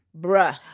Bruh